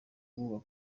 bubu